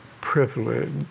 privilege